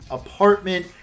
apartment